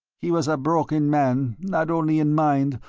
he was a broken man not only in mind,